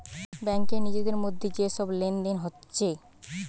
ব্যাংকে নিজেদের মধ্যে যে সব লেনদেন হচ্ছে